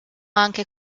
anche